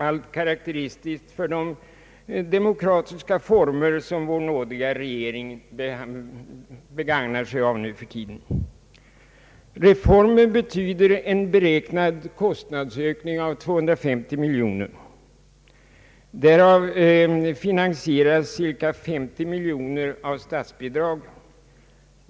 Allt detta är karakteristiskt för de demokratiska reformer som vår nådiga regering begagnar sig av nu för tiden. Reformen betyder en beräknad kostnadsökning av 250 miljoner kronor. Därav finansieras cirka 50 miljoner av statsbidrag.